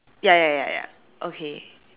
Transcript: ya ya ya ya okay